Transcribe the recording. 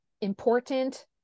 important